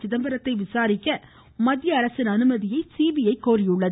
சிதம்பரத்தை விசாரிக்க மத்திய அரசின் அனுமதியை சிபிஐ கோரியுள்ளது